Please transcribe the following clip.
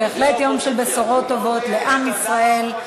בהחלט יום של בשורות טובות לעם ישראל.